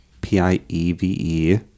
P-I-E-V-E